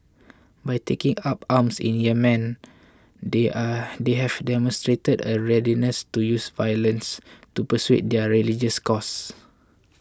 by taking up arms in Yemen they are they have demonstrated a readiness to use violence to pursue their religious cause